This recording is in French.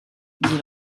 dit